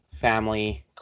family